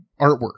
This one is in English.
artwork